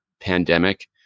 pandemic